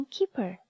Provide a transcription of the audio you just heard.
Keeper